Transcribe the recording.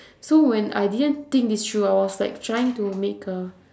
so when I didn't think this through I was like trying to make a